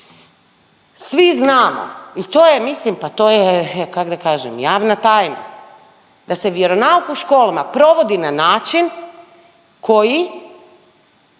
svi znamo i to je mislim, pa to je kak da kažem javna tajna, da se vjeronauk u školama provodi na način koji